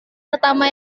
pertama